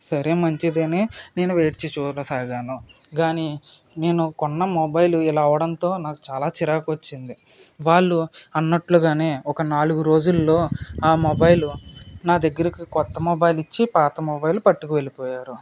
సరే మంచిది అని నేను వేచి చూడసాగాను కానీ నేను కొన్న మొబైల్ ఇలా అవడంతో నాకు చాలా చిరాకు వచ్చింది వాళ్ళు అన్నట్లుగానే ఒక నాలుగు రోజుల్లో నా మొబైలు నా దగ్గరకి కొత్త మొబైల్ ఇచ్చి పాత మొబైల్ పట్టుకు వెళ్ళి పోయారు